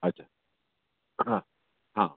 अच्छा हा हा